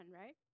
right